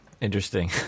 Interesting